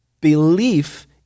belief